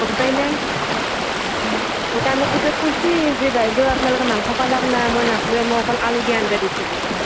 গম পাইন নে অঁ তাই মোক পিছত কৈছে যে বাইদেউ আপোনালোকে মাংস পালাক নে মই নাপ্লো মই অকল আলুইদি আঞ্জা দি থৈ দিছে